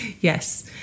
yes